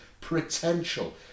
potential